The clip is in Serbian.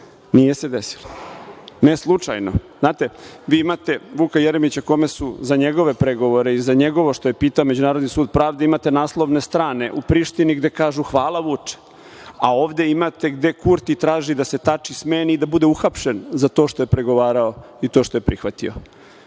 Nije se desilo. Ne, slučajno. Znate, vi imate Vuka Jeremića kome su za njegove pregovore i za njegovo što pitao Međunarodni sud pravde imate naslovne strane u Prištini gde kažu – hvala Vuče. Ovde imate gde Kurti traži da se Tači smeni i da bude uhapšen za to što je pregovarao i to što je prihvatio.